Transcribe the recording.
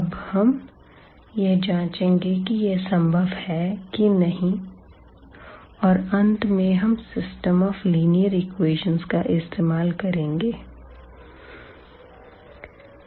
अब हम यह जांचेंगे कि यह संभव है कि नहीं और अंत में हम सिस्टम ऑफ लीनियर इक्वेशन का इस्तेमाल करेंगे इसके जवाब के लिए